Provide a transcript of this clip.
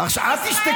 אתה מדבר בכנסת ישראל,